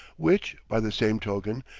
which, by the same token,